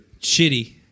shitty